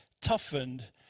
toughened